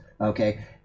okay